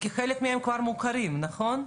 כי חלק מהם כבר מוכרים, נכון?